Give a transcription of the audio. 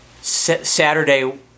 Saturday